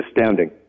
astounding